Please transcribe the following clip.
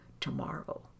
tomorrow